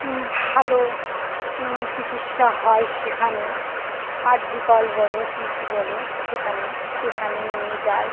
ভালো চিকিৎসা হয় সেখানে আরজি কর বল পিজি বল সেখানে সেখানে নিয়ে যায়